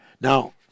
Now